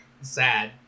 sad